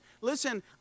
listen